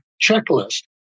checklist